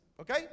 okay